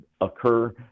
occur